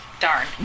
Darn